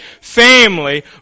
family